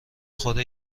خدا